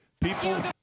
people